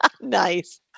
Nice